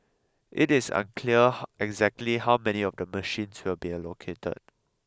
it is unclear exactly how many of the machines will be allocated